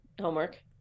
homework